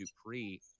Dupree